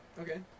Okay